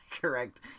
correct